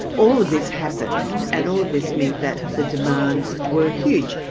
all of this happened and all of this meant that the demands were huge.